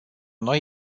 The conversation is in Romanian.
noi